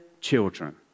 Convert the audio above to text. children